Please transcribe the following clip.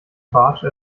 bartsch